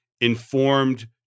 informed